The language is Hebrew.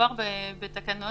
מדובר בתקנות